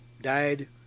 died